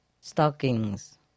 stockings